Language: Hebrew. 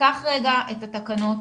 קח רגע את התקנות,